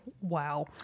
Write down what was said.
Wow